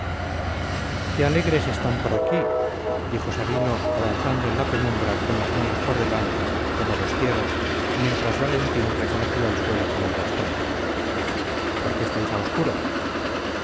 qué alegres están por aquí dijo sabino avanzando en la penumbra con las manos por delante como los ciegos mientras valentín reconocía el suelo con el bastón por qué estáis a obscuras